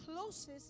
closest